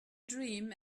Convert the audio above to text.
dream